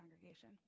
Congregation